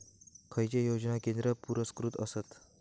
खैचे योजना केंद्र पुरस्कृत आसत?